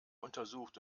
untersucht